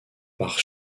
par